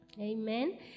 amen